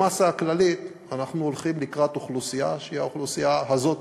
במאסה הכללית אנחנו הולכים לקראת אוכלוסייה שהיא האוכלוסייה הזאת,